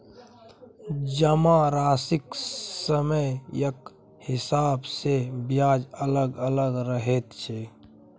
जमाराशिक समयक हिसाब सँ ब्याज अलग अलग रहैत छै